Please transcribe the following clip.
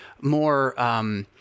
more –